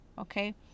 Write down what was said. okay